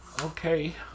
Okay